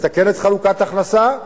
מתקנת חלוקת הכנסה,